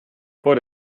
vor